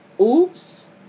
Oops